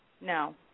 No